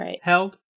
held